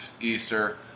Easter